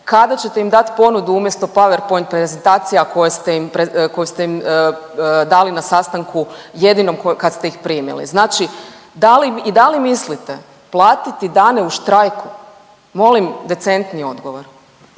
Kada ćete im dati ponudu umjesto Powerpoint prezentacija koje ste im, koju ste im dali na sastanku jedinom kad ste ih primili? Znači dali, i da li mislite platiti dane u štrajku? Molim decentni odgovor.